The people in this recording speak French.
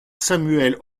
samuel